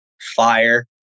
fire